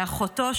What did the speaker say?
ואחותו,